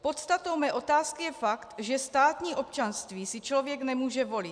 Podstatou mé otázky je fakt, že státní občanství si člověk nemůže volit.